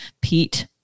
Pete